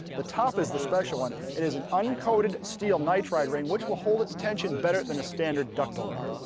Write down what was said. the top is the special one. it is an uncoated steel nitrite ring, which will hold its tension better than a standard ductile ring.